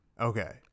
Okay